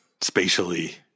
spatially